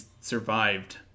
survived